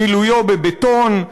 מילויו בבטון,